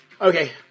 Okay